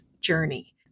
Journey